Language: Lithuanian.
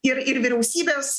ir ir vyriausybės